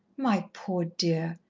my poor dear!